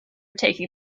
taking